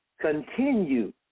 continue